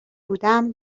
بودم